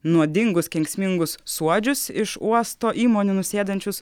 nuodingus kenksmingus suodžius iš uosto įmonių nusėdančius